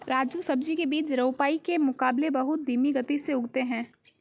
राजू सब्जी के बीज रोपाई के मुकाबले बहुत धीमी गति से उगते हैं